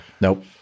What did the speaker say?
Nope